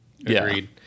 Agreed